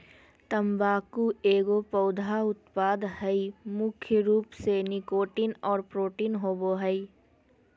तम्बाकू एगो पौधा उत्पाद हइ मुख्य रूप से निकोटीन और प्रोटीन होबो हइ